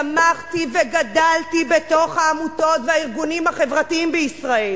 צמחתי וגדלתי בתוך העמותות והארגונים החברתיים בישראל.